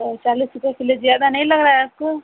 पैंतालीस रुपये किलो ज्यादा नहीं लगाए आप